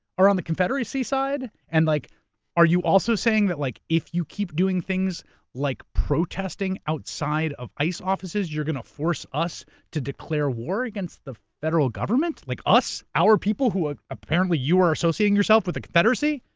are on the confederacy side? and like are you also saying like if you keep doing things like protesting outside of ice offices you're going to force us to declare war against the federal government? like us? our people who ah apparently you are associating yourself with the confederacy?